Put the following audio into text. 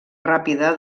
ràpida